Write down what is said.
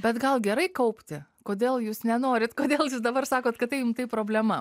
bet gal gerai kaupti kodėl jūs nenorit kodėl dabar sakot kad tai jum tai problema